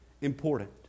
important